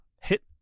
hit